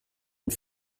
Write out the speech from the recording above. und